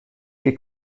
che